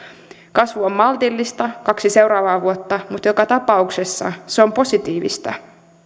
kasvu on maltillista kaksi seuraavaa vuotta mutta joka tapauksessa se positiivista